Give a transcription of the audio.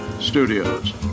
studios